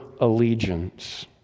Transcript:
allegiance